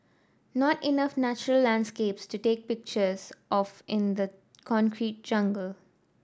not enough natural landscapes to take pictures of in the concrete jungle